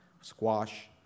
squash